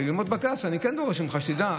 אבל ללמוד בג"ץ אני כן דורש ממך שתדע.